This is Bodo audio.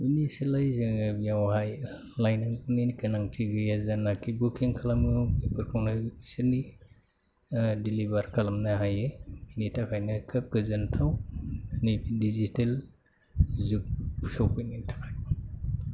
बिनि सोलाय जोङो बेयावहाय लायनायनि गोनांथि गैया जानाकि बुकिं खालामनाय बेफोरखौनो बिसोरनि डिलिभार खालामनो हायो बेनि थाखायनो खोब गोजोन्थाव डिजिटेल जुग सफैनायनि थाखाय